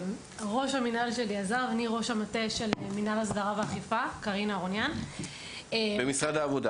ראש המטה של מנהל אכיפה והסדרה במשרד העבודה.